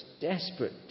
desperate